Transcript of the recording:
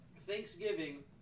Thanksgiving